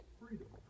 freedom